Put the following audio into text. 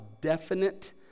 definite